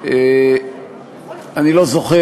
לא היו